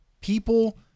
people